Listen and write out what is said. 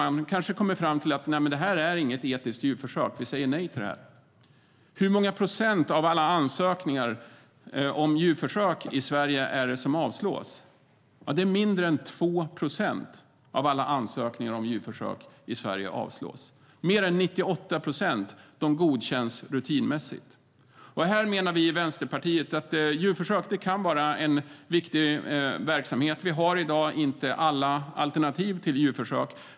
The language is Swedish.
Man kanske kommer fram till att det inte är något etiskt djurförsök och säger nej till det. Hur många procent av alla ansökningar om djurförsök i Sverige avslås? Mindre än 2 procent av alla ansökningar om djurförsök i Sverige avslås. Mer än 98 procent godkänns rutinmässigt. Vänsterpartiet menar att djurförsök kan vara en viktig verksamhet.